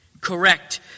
Correct